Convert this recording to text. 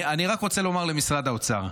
אני רק רוצה לומר למשרד האוצר,